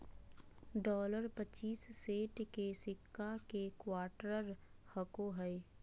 dollar पच्चीस cent के सिक्का के क्वार्टर कहो हइ